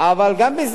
אבל גם בשדרות.